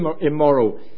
immoral